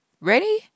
Ready